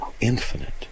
infinite